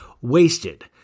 wasted